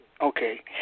Okay